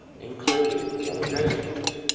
including elevations,